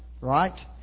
right